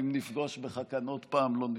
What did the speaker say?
אם נפגוש בך כאן עוד פעם לא נתלונן.